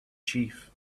chief